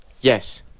Yes